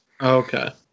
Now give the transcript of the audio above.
Okay